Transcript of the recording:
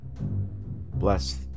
bless